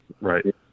Right